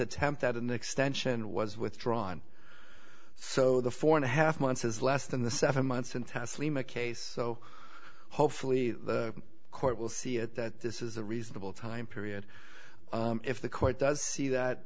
attempt at an extension was withdrawn so the four and a half months is less than the seven months in taslima case so hopefully the court will see that this is a reasonable time period if the court does see that